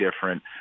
different